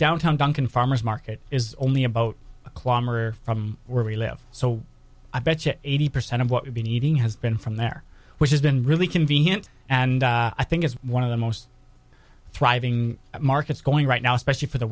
downtown duncan farmer's market is only about a climber from where we live so i betcha eighty percent of what would be needing has been from there which has been really convenient and i think it's one of the most thriving markets going right now especially for the